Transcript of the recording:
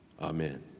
amen